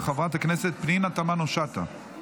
של חברת הכנסת פנינה תמנו שטה.